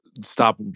stop